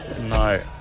No